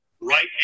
right